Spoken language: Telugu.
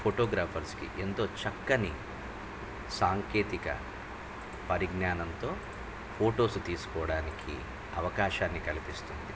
ఫోటోగ్రాఫర్స్కి ఎంతో చక్కని సాంకేతిక పరిజ్ఞానంతో ఫొటోస్ తీసుకోవడానికి అవకాశాన్ని కల్పిస్తుంది